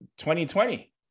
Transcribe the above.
2020